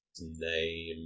name